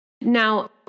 now